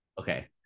Okay